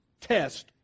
test